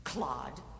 Claude